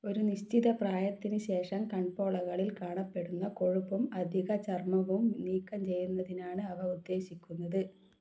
ഒരു നിശ്ചിത പ്രായത്തിന് ശേഷം കൺപോളകളിൽ കാണപ്പെടുന്ന കൊഴുപ്പും അധിക ചർമ്മവും നീക്കം ചെയ്യുന്നതിനാണ് അവ ഉദ്ദേശിക്കുന്നത്